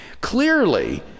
Clearly